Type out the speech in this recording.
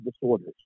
disorders